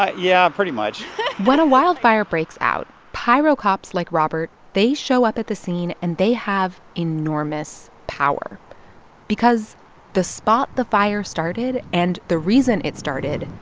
ah yeah, pretty much when a wildfire breaks out, pyrocops like robert, they show up at the scene, and they have enormous power because the spot the fire started and the reason it started,